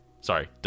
Sorry